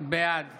בעד